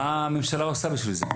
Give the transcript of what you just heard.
מה הממשלה עושה בשביל זה?